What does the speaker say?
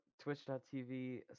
Twitch.tv